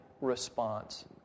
response